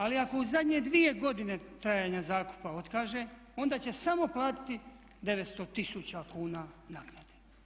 Ali ako u zadnje dvije godine trajanja zakupa otkaže, onda će samo platiti 900 tisuća kuna naknade.